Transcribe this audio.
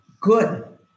good